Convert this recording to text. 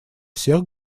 всех